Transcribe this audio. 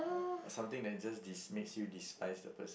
something that just des~ makes you despise the person